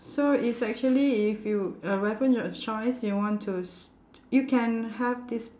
so it's actually if you a weapon your choice you want to st~ you can have this